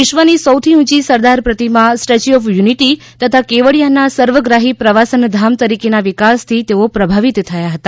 વિશ્વની સૌથી ઊંચી સરદાર પ્રતિમા સ્ટેચ્યુ ઓફ યુનિટી તથા કેવડીયાના સર્વગ્રાહી પ્રવાસન ધામ તરીકે વિકાસથી તેઓ પ્રભાવિત થયા હતા